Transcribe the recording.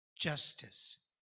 Justice